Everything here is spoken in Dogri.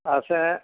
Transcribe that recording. असें